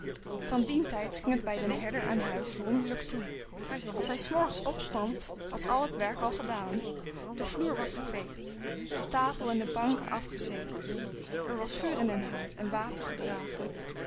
van dien tijd ging het bij den herder aan huis wonderlijk toe als hij s morgens opstond was al het werk al gedaan de vloer was geveegd de tafel en de banken afgezeept er was vuur in den haard en water gedragen